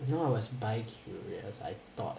no I was bi curious I thought